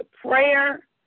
prayer